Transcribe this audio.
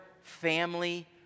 family